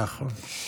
נכון.